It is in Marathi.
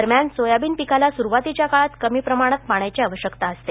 दरम्यान सोयाबीन पिकाला सुरुवातीच्या काळात कमी प्रमाणात पाण्याची आवश्यकता असते